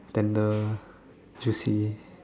tender juicy